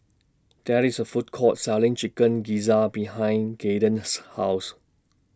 There IS A Food Court Selling Chicken Gizzard behind Caiden's House